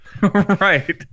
right